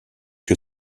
que